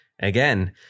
Again